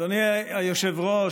אדוני היושב-ראש,